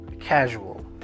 casual